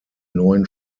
neuen